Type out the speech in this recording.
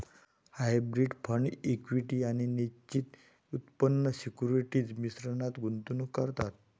hybrid fund equity आणि निश्चित उत्पन्न सिक्युरिटीज मिश्रणात गुंतवणूक करतात